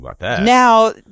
Now